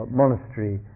monastery